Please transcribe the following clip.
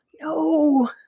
No